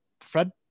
Fred